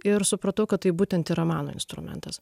ir supratau kad tai būtent yra mano instrumentas